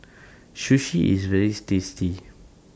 Sushi IS very tasty